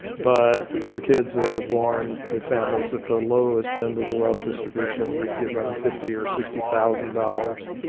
but for kids that are born to families at the lowest end of the wealth distribution, we'd give them fifty or sixty thousand dollars,